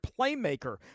playmaker